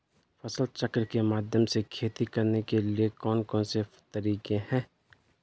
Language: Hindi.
फसल चक्र के माध्यम से खेती करने के लिए कौन कौन से तरीके हैं?